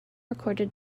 recorded